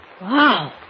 Wow